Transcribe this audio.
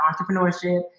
entrepreneurship